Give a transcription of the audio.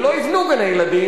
ולא יבנו גני-ילדים,